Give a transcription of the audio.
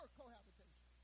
cohabitation